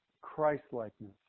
Christlikeness